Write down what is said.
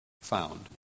found